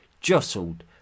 jostled